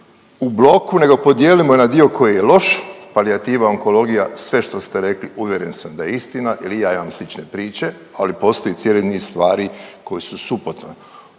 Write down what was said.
u bloku, nego podijelimo je na dio koji je loš, palijativa, onkologija sve što ste rekli uvjeren sam da je istina, jer i sa imam slične priče. Ali postoji cijeli niz stvari koje su …/Govornik